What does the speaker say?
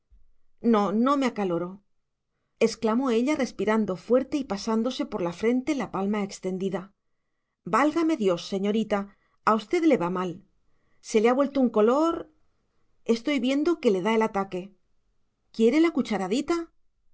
no no me acaloro exclamó ella respirando fuerte y pasándose por la frente la palma extendida válgame dios señorita a usted le va mal se le ha vuelto un color estoy viendo que le da el ataque quiere la cucharadita